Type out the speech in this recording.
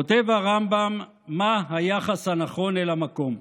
כותב הרמב"ם מה היחס הנכון אל המקום.